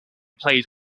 played